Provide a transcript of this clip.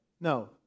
No